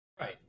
Right